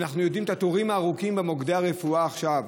אנחנו מכירים את התורים הארוכים במוקדי הרפואה עכשיו.